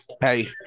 Hey